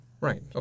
Right